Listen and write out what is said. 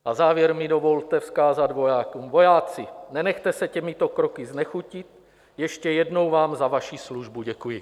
Na závěr mi dovolte vzkázat vojákům: Vojáci, nenechte se těmito kroky znechutit, ještě jednou vám za vaši službu děkuji.